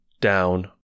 down